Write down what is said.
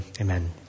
Amen